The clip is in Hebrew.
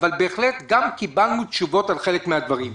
אבל בהחלט גם קיבלנו תשובות על חלק מן הדברים.